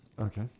Okay